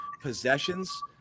possessions